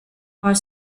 are